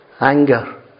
Anger